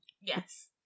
Yes